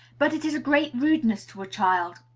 but it is a great rudeness to a child.